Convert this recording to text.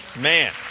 Man